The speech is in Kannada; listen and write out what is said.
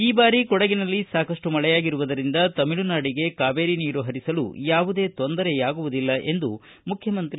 ಈ ಬಾರಿ ಕೊಡಗಿನಲ್ಲಿ ಸಾಕಷ್ಟು ಸಾಕಷ್ಟು ಮಳೆಯಾಗಿರುವುದರಿಂದ ತಮಿಳುನಾಡಿಗೆ ಕಾವೇರಿ ನೀರು ಹರಿಸಲು ಯಾವುದೇ ತೊಂದರೆಯಾಗುವುದಿಲ್ಲ ಎಂದು ಮುಖ್ಯಮಂತ್ರಿ ಬಿ